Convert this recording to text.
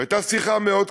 הייתה שיחה מאוד קשה.